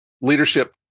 leadership